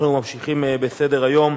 אנחנו ממשיכים בסדר-היום.